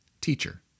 teacher